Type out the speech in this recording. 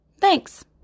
Thanks